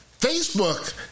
Facebook